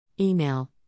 Email